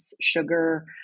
sugar